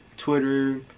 Twitter